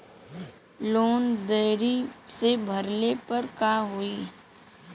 Loan देरी से भरले पर का होई?